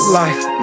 life